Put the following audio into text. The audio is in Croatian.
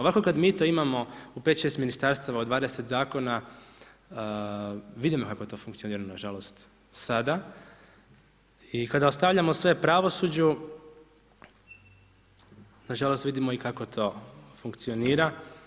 Ovako kada mi to imamo u pet, šest ministarstava od 20 zakona vidimo kako to funkcionira nažalost sada i kada ostavljamo sve pravosuđu nažalost vidimo i kako to funkcionira.